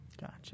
gotcha